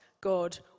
God